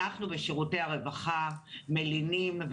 אנחנו בשירותי הרווחה מלינים,